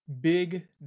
big